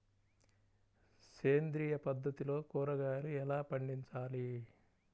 సేంద్రియ పద్ధతిలో కూరగాయలు ఎలా పండించాలి?